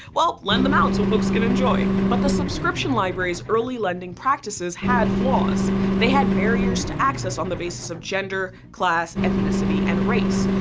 well, lend them out so folks can enjoy. but the subscription libraries early lending practices had flaws they still had barriers to access on the basis of gender, class, ethnicity and race.